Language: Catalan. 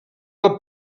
del